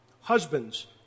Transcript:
Husbands